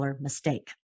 mistake